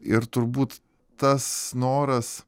ir turbūt tas noras